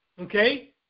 Okay